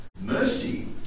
Mercy